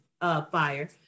fire